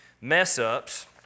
mess-ups